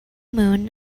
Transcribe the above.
moon